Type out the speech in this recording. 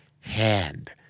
hand